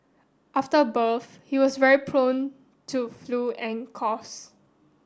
after birth he was very prone to flu and coughs